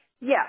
Yes